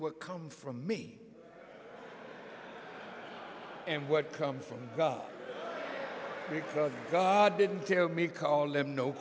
what come from me and what comes from god he didn't tell me call him no